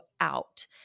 out